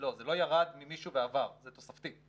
לא, זה לא ירד ממישהו ועבר, זה תוספתי.